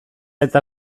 eta